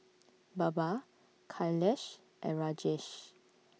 Baba Kailash and Rajesh